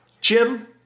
Jim